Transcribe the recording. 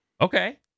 Okay